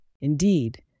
Indeed